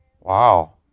Wow